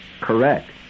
Correct